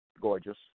Gorgeous